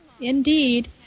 indeed